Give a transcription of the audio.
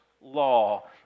law